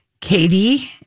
Katie